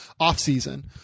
offseason